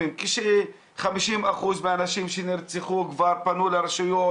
כש-50% מהנשים שנרצחו כבר פנו לרשויות,